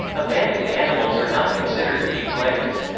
abandoned animals are not considered to be plagues.